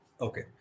okay